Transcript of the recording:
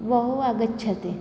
बहु आगच्छति